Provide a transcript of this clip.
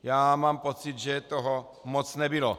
Já mám pocit, že toho moc nebylo.